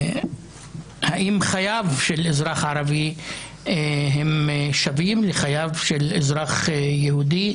האם חייו של אזרח ערבי שווים לחייו של אזרח יהודי,